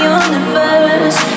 universe